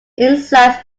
insights